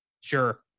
Sure